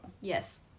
Yes